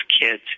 kids